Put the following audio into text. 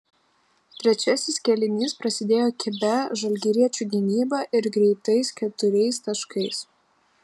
trečiasis kėlinys prasidėjo kibia žalgiriečių gynyba ir greitais keturiais taškais